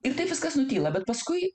ir taip viskas nutyla bet paskui